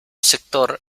sector